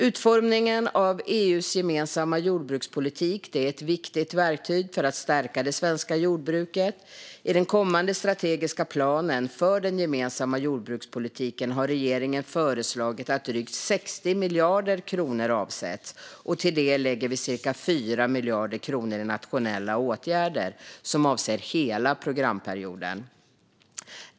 Utformningen av EU:s gemensamma jordbrukspolitik är ett viktigt verktyg för att stärka det svenska jordbruket. I den kommande strategiska planen för den gemensamma jordbrukspolitiken har regeringen föreslagit att drygt 60 miljarder kronor avsätts, och till det lägger vi cirka 4 miljarder kronor i nationella åtgärder som avser hela programperioden.